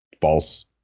false